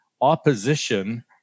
opposition